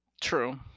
True